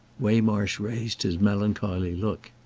waymarsh raised his melancholy look.